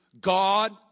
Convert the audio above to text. God